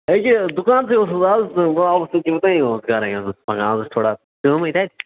أکہِ دُکانسے اوسُس اَز تہٕ وۅنۍ آوُس گرے حظ تھوڑا کٲمے تتہِ